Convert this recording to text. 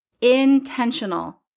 Intentional